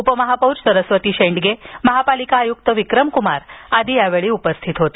उपमहापौर सरस्वती शेंडगे महापालिका आयुक्त विक्रम कुमार आदी यावेळी उपस्थित होते